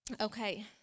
Okay